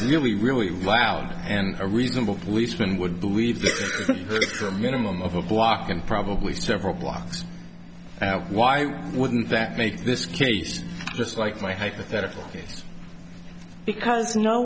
really really loud and a reasonable policeman would believe for a minimum of a block and probably several blocks why wouldn't that make this case just like my hypothetical case because no